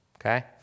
okay